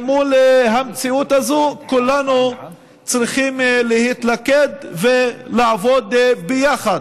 אל מול המציאות הזאת כולנו צריכים להתלכד ולעבוד ביחד,